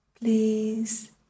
please